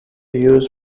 use